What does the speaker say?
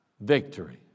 Victory